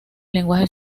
lenguaje